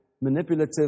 manipulative